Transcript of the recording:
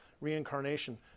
reincarnation